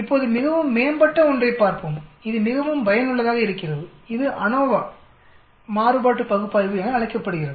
இப்போது மிகவும் மேம்பட்ட ஒன்றைப் பார்ப்போம் இது மிகவும் பயனுள்ளதாக இருக்கிறது இது அநோவா மாறுபாட்டு பகுப்பாய்வுஎன அழைக்கப்படுகிறது